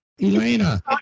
Elena